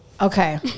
okay